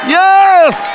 yes